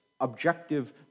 objective